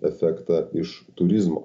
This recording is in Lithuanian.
efektą iš turizmo